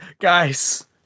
Guys